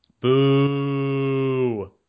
Boo